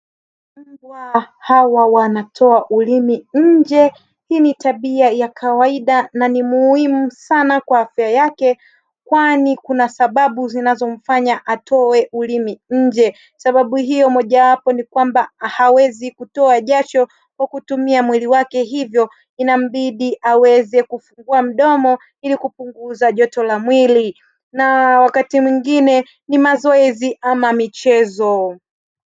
Mbwa hawa wanatoa ulimi nje; hii ni tabia ya kawaida na ni muhimu sana kwa afya yake kwani kuna sababu zinazomfanya atoe ulimi nje, sababu hiyo mojawapo ni kwamba hawezi kutoa jasho kwa kutumia mwili wake hivyo inambidi aweze kufungua mdomo ili kupunguza joto la mwili na wakati mwingine ni mazoezi ama michezo.